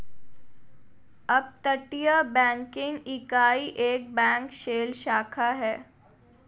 अपतटीय बैंकिंग इकाई एक बैंक शेल शाखा है